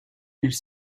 ils